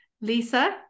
Lisa